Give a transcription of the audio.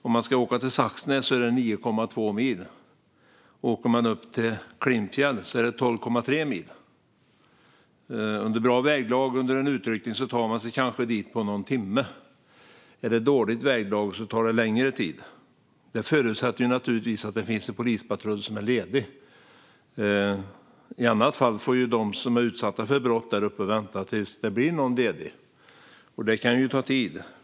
Om de ska åka till Saxnäs är det 9,2 mil, och till Klimpfjäll är det 12,3 mil. Om det är bra väglag under en utryckning tar man sig kanske dit på någon timme. Är det dåligt väglag tar det längre tid. Det förutsätter naturligtvis att det finns en polispatrull som är ledig. I annat fall får de som är utsatta för brott där uppe vänta tills det blir någon ledig, och det kan ta tid.